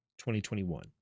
2021